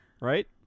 Right